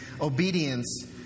obedience